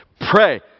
Pray